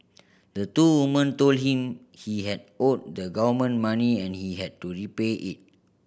the two women told him he had owed the government money and he had to repay it